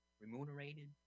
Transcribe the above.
remunerated